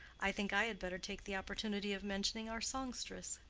i think i had better take the opportunity of mentioning our songstress,